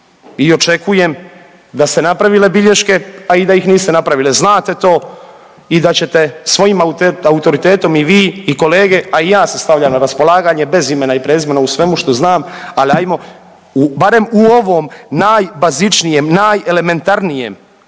i očekujem da ste napravile bilješke, a i da ih niste napravile, znate to i da ćete svojim autoritetom i vi i kolege, a i ja se stavljam na raspolaganje bez imena i prezimena u svemu što znam, al ajmo barem u ovom najbazičnijem, najelementarnijem